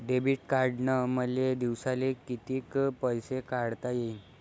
Debit कार्डनं मले दिवसाले कितीक पैसे काढता येईन?